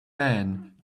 man